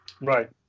Right